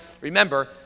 remember